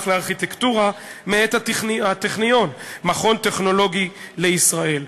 לארכיטקטורה מאת הטכניון מכון טכנולוגי לישראל",